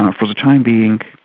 ah for the time being,